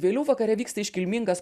vėliau vakare vyksta iškilmingas